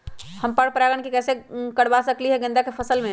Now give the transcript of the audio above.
हम पर पारगन कैसे करवा सकली ह गेंदा के फसल में?